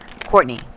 Courtney